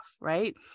right